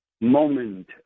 moment